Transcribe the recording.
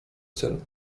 celu